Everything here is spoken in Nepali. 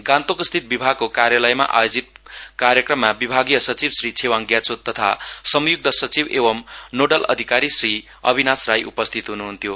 गान्तोकस्थित विभागको कार्यालयमा आयोजित क्र्यक्रममा विभागीय सचिव श्री छेवाङ ग्याछो तथा संयुक्त सचिव एंव नोडल अधिकारी श्री अबिनाम राई उपस्थित हनुहन्थ्यो